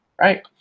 right